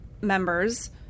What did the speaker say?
members